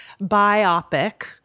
biopic –